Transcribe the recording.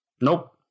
Nope